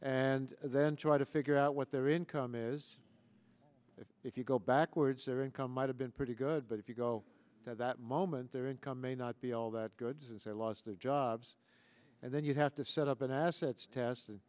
and then try to figure out what their income is if you go backwards their income might have been pretty good but if you go at that moment their income may not be all that goods are lost their jobs and then you have to set up an assets test